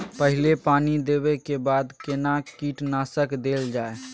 पहिले पानी देबै के बाद केना कीटनासक देल जाय?